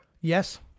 Yes